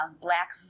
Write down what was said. Black